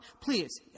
please